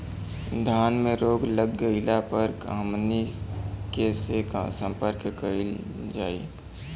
धान में रोग लग गईला पर हमनी के से संपर्क कईल जाई?